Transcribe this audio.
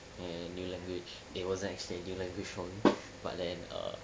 ya a new language it wasn't actually a new language for me but then err